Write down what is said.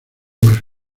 más